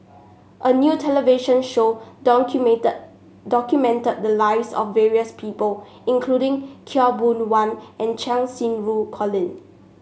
a new television show documented the lives of various people including Khaw Boon Wan and Cheng Xinru Colin